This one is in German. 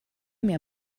mehr